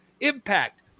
impact